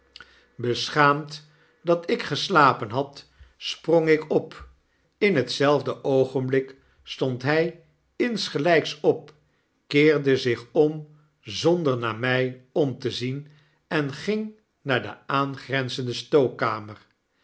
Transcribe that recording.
beschaamd dat ik geslapen had sprong ik op in hetzelfde oogenblik stond hij insgelyks op keerde zich om zonder naar my om te zien en ging naar de aangrenzende